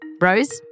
Rose